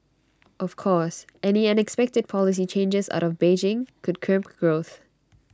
of course any unexpected policy changes out of Beijing could crimp growth